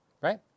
Right